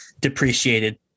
depreciated